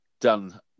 done